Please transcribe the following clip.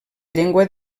llengua